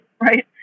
Right